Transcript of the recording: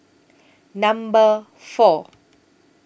Number four